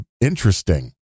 interesting